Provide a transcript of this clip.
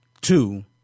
two